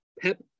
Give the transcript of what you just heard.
Pep